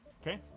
Okay